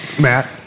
Matt